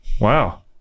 Wow